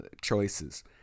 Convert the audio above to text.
Choices